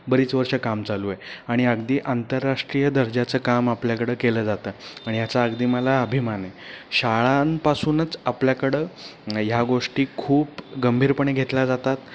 बरीच वर्ष काम चालू आहे आणि अगदी आंतरराष्ट्रीय दर्जाचं काम आपल्याकडं केलं जातं आणि याचा अगदी मला अभिमान आहे शाळांपासूनच आपल्याकडं ह्या गोष्टी खूप गंभीरपणे घेतल्या जातात